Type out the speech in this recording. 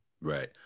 Right